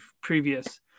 previous